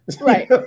Right